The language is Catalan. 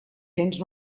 cents